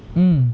mm